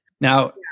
Now